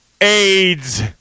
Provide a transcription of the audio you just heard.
AIDS